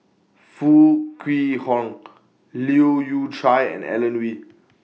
Foo Kwee Horng Leu Yew Chye and Alan Oei